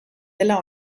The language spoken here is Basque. dela